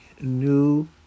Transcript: new